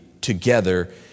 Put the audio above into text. together